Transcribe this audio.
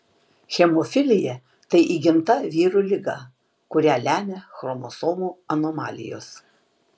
hemofilija tai įgimta vyrų liga kurią lemia chromosomų anomalijos